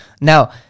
Now